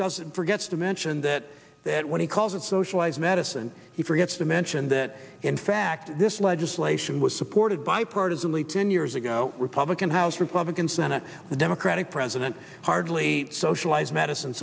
doesn't forgets to mention that that when he calls it socialized medicine he forgets to mention that in fact this legislation was supported by partisanly ten years ago republican house republican senate the democratic president hardly socialized medicine